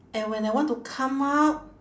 and when I want to come out